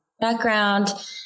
background